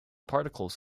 particles